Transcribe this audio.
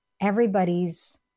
everybody's